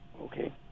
Okay